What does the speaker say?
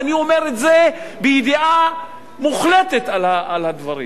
אני אומר את זה בידיעה מוחלטת של הדברים.